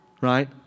right